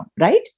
Right